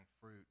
fruit